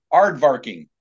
Aardvarking